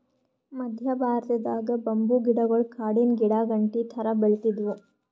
ಮದ್ಯ ಭಾರತದಾಗ್ ಬಂಬೂ ಗಿಡಗೊಳ್ ಕಾಡಿನ್ ಗಿಡಾಗಂಟಿ ಥರಾ ಬೆಳಿತ್ತಿದ್ವು